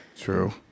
True